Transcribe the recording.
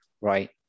right